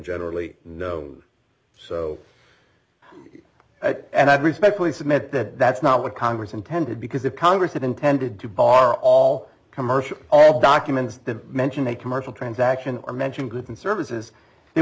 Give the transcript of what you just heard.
generally know so and i respectfully submit that that's not what congress intended because if congress had intended to bar all commercial all documents that mention a commercial transaction or mention goods and services